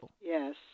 Yes